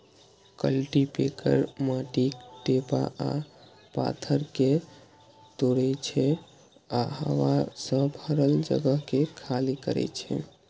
cultipacker माटिक ढेपा आ पाथर कें तोड़ै छै आ हवा सं भरल जगह कें खाली करै छै